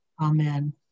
Amen